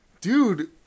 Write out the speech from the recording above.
dude